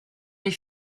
les